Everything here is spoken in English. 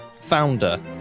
founder